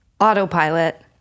autopilot